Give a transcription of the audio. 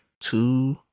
two